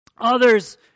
Others